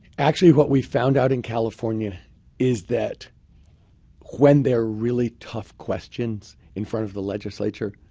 actually, what we've found out in california is that when they're really tough questions in front of the legislature,